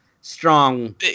strong